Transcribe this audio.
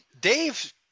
dave